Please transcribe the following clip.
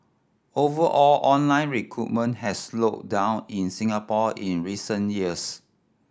over all online recruitment has slowed down in Singapore in recent years